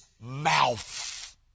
mouth